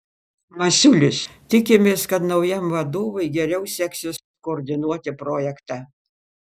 masiulis tikimės kad naujam vadovui geriau seksis koordinuoti projektą